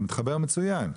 זה מתחבר מצוין.